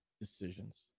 decisions